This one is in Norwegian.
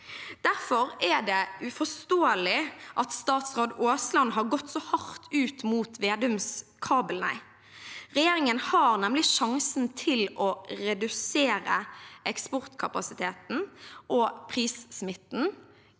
Derfor er det uforståelig at statsråd Aasland har gått så hardt ut mot statsråd Slagsvold Vedums kabel-nei. Regjeringen har nemlig sjansen til å redusere eksportkapasiteten og prissmitten